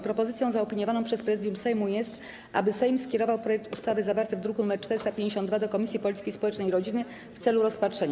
Propozycją zaopiniowaną przez Prezydium Sejmu jest, aby Sejm skierował projekt ustawy zawarty w druku nr 452 do Komisji Polityki Społecznej i Rodziny w celu rozpatrzenia.